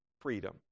freedom